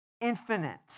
infinite